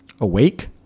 awake